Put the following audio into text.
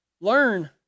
Learn